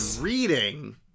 reading